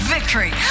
Victory